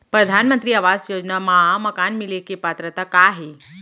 परधानमंतरी आवास योजना मा मकान मिले के पात्रता का हे?